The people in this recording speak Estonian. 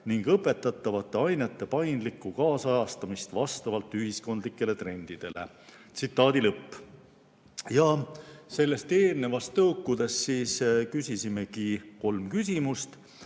ning õpetatavate ainete paindlikku kaasajastamist vastavalt ühiskondlikele trendidele." Tsitaadi lõpp. Kõigest eelnevast tõukudes küsisimegi kolm küsimust.